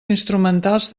instrumentals